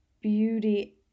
beauty